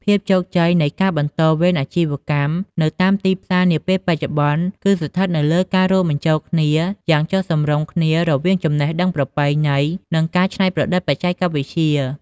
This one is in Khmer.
ភាពជោគជ័យនៃការបន្តវេនអាជីវកម្មនៅតាមទីផ្សារនាពេលបច្ចុប្បន្ន គឺស្ថិតនៅលើការរួមបញ្ចូលគ្នាយ៉ាងចុះសម្រុងគ្នារវាងចំណេះដឹងប្រពៃណី និងការច្នៃប្រឌិតបច្ចេកវិទ្យា។